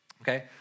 okay